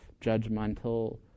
judgmental